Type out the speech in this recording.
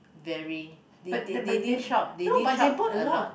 very they didn't shop they didn't shop a lot